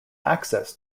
access